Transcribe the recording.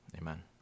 Amen